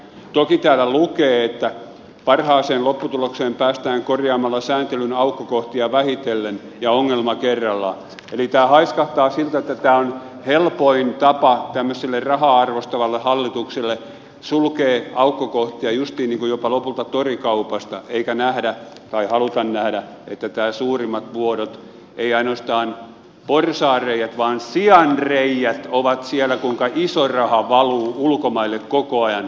toki täällä lukee että parhaaseen lopputulokseen päästään korjaamalla sääntelyn aukkokohtia vähitellen ja ongelma kerrallaan eli tämä haiskahtaa siltä että tämä on helpoin tapa tämmöiselle rahaa arvostavalle hallitukselle sulkea aukkokohtia justiin lopulta jopa torikaupasta eikä nähdä tai haluta nähdä että suurimmat vuodot ei ainoastaan porsaanreiät vaan sianreiät ovat siellä kuinka iso rahaa valuu ulkomaille koko ajan